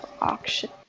auction